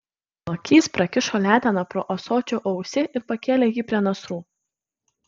lokys prakišo leteną pro ąsočio ausį ir pakėlė jį prie nasrų